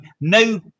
no